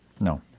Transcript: no